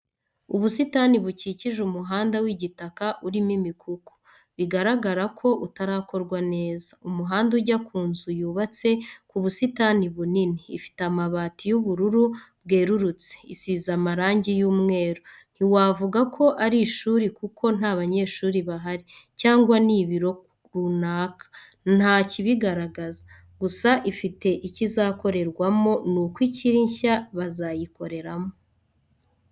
Ubusitani bukikije umuhanda w'igitaka urimo imikuku, bigaragara ko utarakorwa neza, umuhanda ujya ku nzu yubatse ku busitani bunini ifite amabati y'ubururu bwererutse isize amarangi y'umweru. Ntiwavuga ko ari ishuri kuko nta banyeshuri bahari cyangwa n'ibiro runaka nta kibigaragaza, gusa ifite ikizakorerwamo, nuko ikiri nshya bazayikoreramo.